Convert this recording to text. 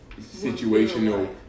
situational